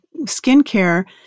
skincare